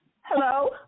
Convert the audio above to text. hello